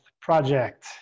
Project